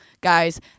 guys